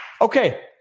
Okay